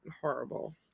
horrible